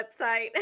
website